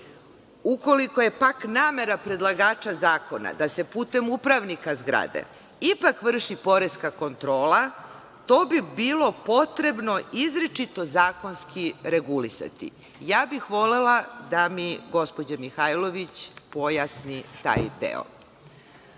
Ukoliko je, pak, namera predlagača zakona da se putem upravnika zgrade ipak vrši poreska kontrola, to bi bilo potrebno izričito zakonski regulisati. Volela bih da mi, gospođa Mihajlović, pojasni taj